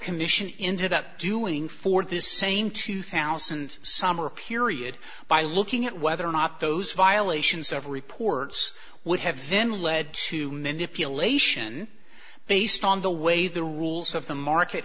commission ended up doing for the same two thousand summer period by looking at whether or not those violations ever reports would have then led to manipulation based on the way the rules of the market